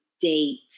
date